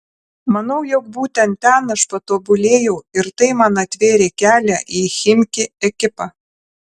manau jog būtent ten aš patobulėjau ir tai man atvėrė kelią į chimki ekipą